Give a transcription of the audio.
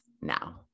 now